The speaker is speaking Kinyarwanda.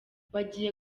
bagiye